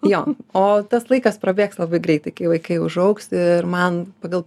jo o tas laikas prabėgs labai greitai kai vaikai užaugs ir man pagal